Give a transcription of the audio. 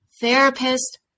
therapist